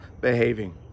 behaving